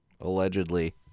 Allegedly